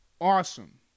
awesome